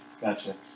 Gotcha